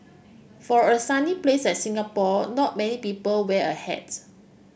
for a sunny places like Singapore not many people wear a hats